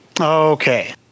Okay